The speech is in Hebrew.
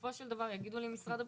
שבסופו של דבר יגידו לי ממשרד הבריאות,